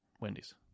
Wendy's